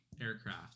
aircraft